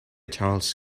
charles